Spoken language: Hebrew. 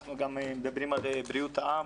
אנחנו גם מדברים על בריאות העם,